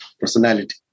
personality